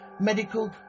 medical